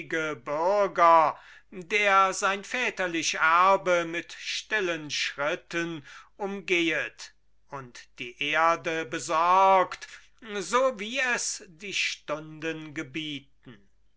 bürger der sein väterlich erbe mit stillen schritten umgehet und die erde besorgt so wie es die stunden gebieten